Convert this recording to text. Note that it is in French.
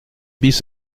bis